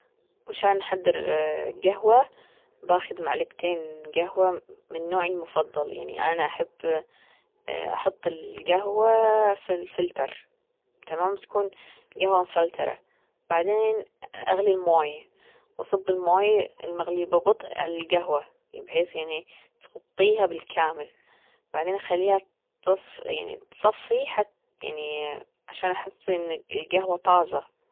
مشان نحضر الجهوة بأخذ معلقتين جهوة من نوعي المفضل يعني أنا أحب أحط الجهوة في الفلتر تمام تكون جهوة مفلترة بعدين أغلي المويه وأصب الماي المغلية ببطء على القهوة بحيث يعني أغطيها بالكامل بعدين أخليها تصفي يعني تصفي يعني عشان أحس إن الجهوة طازة.